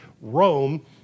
Rome